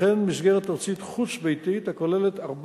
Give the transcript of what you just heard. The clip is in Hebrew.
וכן מסגרת ארצית חוץ-ביתית הכוללת ארבע